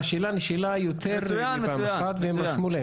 השאלה נשאלה יותר מפעם אחת והם רשמו להם את זה.